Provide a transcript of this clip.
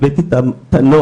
הבאתי את הנוהל,